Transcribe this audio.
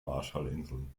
marshallinseln